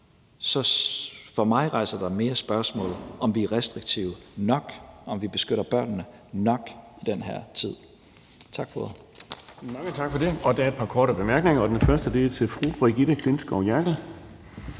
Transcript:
For mig rejser det mere spørgsmålet om, om vi er restriktive nok, og om vi beskytter børnene nok i den her tid. Tak for ordet.